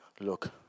Look